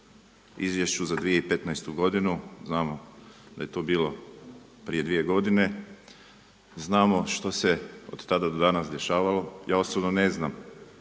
izvješću za 2015. godinu, znamo da je to bilo prije 2 godine, znamo što se od tada do danas dešavalo. Ja osobno ne znam